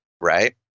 right